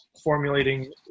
formulating